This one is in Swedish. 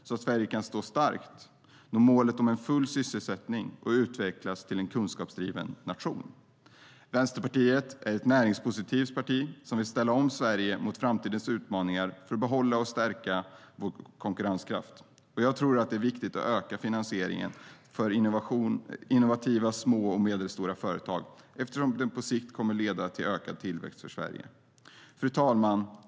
Då kan Sverige stå starkt, nå målet om full sysselsättning och utvecklas som en kunskapsdriven nation. Vänsterpartiet är ett näringspositivt parti som vill ställa om Sverige mot framtidens utmaningar för att behålla och stärka vår konkurrenskraft. Jag tror att det är viktigt att öka finansieringen för innovativa små och medelstora företag, eftersom det på sikt kommer att leda till en ökad tillväxt för Sverige.Fru talman!